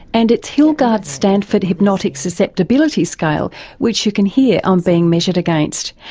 and it's hilgard stanford hypnotic susceptibility scale which you can hear i'm being measured against.